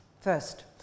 First